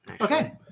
Okay